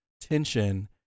tension